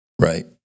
Right